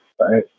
right